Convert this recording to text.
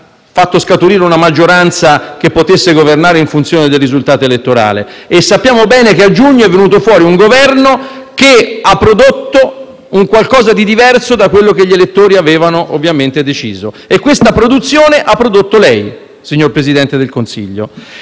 formazione di una maggioranza che potesse governare in funzione del risultato elettorale stesso e sappiamo bene che a giugno è venuto fuori un Governo che ha prodotto qualcosa di diverso da quello che gli elettori avevano deciso, cioè ha prodotto lei, signor Presidente del Consiglio.